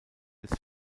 des